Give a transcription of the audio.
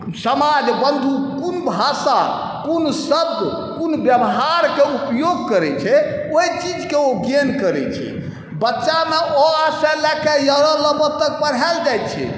समाज बन्धु कोन भाषा कोन शब्द कोन व्यवहारके उपयोग करै छै ओहि चीजके ओ गेन करै छै बच्चामे अ आ सँ लऽ कऽ य र ल व तक पढ़ाएल जाइ छै